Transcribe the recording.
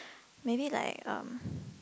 maybe like um